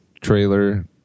trailer